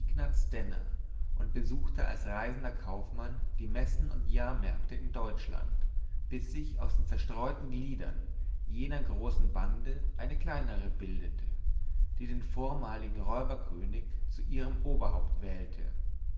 ignaz denner und besuchte als reisender kaufmann die messen und jahrmärkte in deutschland bis sich aus den zerstreuten gliedern jener großen bande eine kleinere bildete die den vormaligen räuberkönig zu ihrem oberhaupt wählte